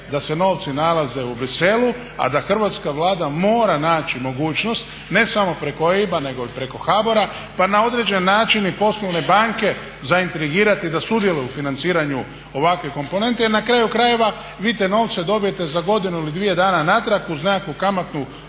da se novci nalaze u Bruxellesu, a da Hrvatska vlada mora naći mogućnost ne samo preko EIB-a nego i preko HBOR-a pa na određeni način i poslovne banke zaintrigirati da sudjeluju u financiranju ovakvih komponenti jer na kraju krajeva vi te novce dobijete za godinu ili dvije dana natrag uz nekakvu kamatnu